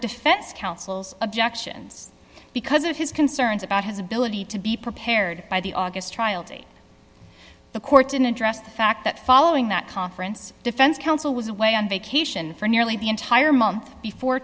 defense counsel's objections because of his concerns about his ability to be prepared by the august trial date the court didn't address the fact that following that conference defense counsel was away on vacation for nearly the entire month before